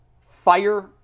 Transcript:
fire